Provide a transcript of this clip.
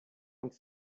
und